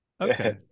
okay